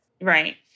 Right